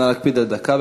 נא להקפיד על דקה.